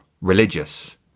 religious